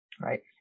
right